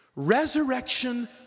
Resurrection